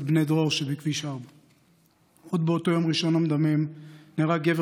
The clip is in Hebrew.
בני דרור שבכביש 4. עוד באותו יום ראשון המדמם נהרג גבר